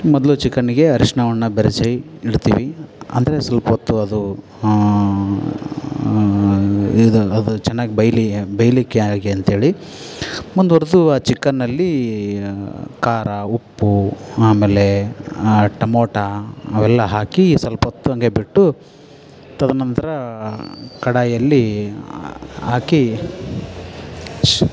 ಮೊದಲು ಚಿಕನ್ನಿಗೆ ಅರಿಶಿಣವನ್ನ ಬೆರೆಸಿ ಇಡ್ತೀವಿ ಅಂದರೆ ಸ್ವಲ್ಪೊತ್ತು ಅದು ಇದು ಅದು ಚೆನ್ನಾಗಿ ಬೇಯ್ಲಿ ಬೇಯಲಿಕ್ಕೆ ಹಾಗೆ ಅಂತೇಳಿ ಮುಂದುವರ್ದು ಆ ಚಿಕನ್ನಲ್ಲಿ ಖಾರ ಉಪ್ಪು ಆಮೇಲೆ ಟಮೋಟ ಅವೆಲ್ಲ ಹಾಕಿ ಸ್ವಲ್ಪೊತ್ತು ಹಾಗೆ ಬಿಟ್ಟು ತದನಂತರ ಕಡಾಯಲ್ಲಿ ಹಾಕಿ ಶ್